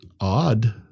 odd